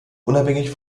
unabhängig